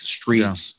streets